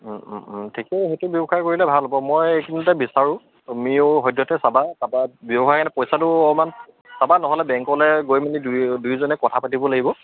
ঠিকে সেইটো ব্যৱসায় কৰিলে ভাল হ'ব মই এইখিনিতে বিচাৰোঁ তুমিও সদ্যহতে চাবা তাৰপৰা ব্যৱসায় কাৰণে পইচাটো অকণমান চাবা নহ'লে বেংকলৈ গৈ মেলি দুই দুয়োজনে কথা পাতিব লাগিব